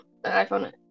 iPhone